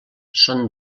són